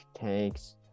tanks